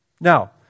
Now